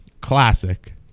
classic